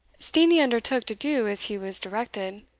steenie undertook to do as he was directed.